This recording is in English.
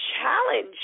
challenge